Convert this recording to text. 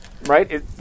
Right